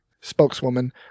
spokeswoman